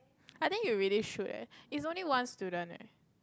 I think you really should eh is only one student eh